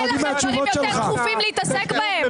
אין לכם דברים יותר דחופים להתעסק בהם?